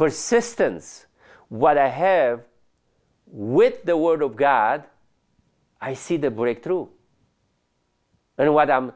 persistence what i have with the word of god i see the breakthrough and what i'm